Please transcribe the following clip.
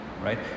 Right